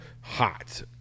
hot